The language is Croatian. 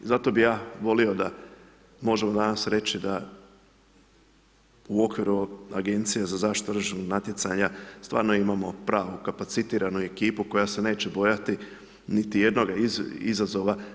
Zato bi ja volio da možemo danas reći u okviru Agencije za zaštitu tržišnog natjecanja stvarno imamo stvarno kapacitiranu ekipu koja se neće bojati niti jednoga izazova.